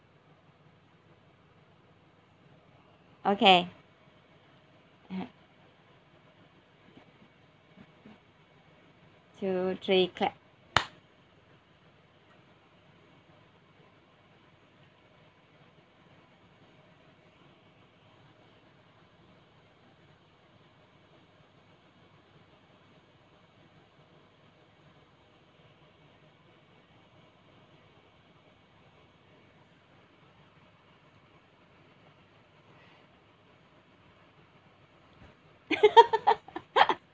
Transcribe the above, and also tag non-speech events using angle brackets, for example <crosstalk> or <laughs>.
okay uh two three clap <laughs>